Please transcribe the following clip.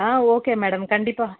ஆ okay madam கண்டிப்பாக